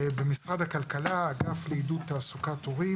במשרד הכלכלה, אגף לעידוד תעסוקת הורים